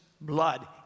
blood